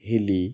हली